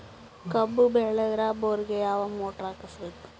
ಕಬ್ಬು ಬೇಳದರ್ ಬೋರಿಗ ಯಾವ ಮೋಟ್ರ ಹಾಕಿಸಬೇಕು?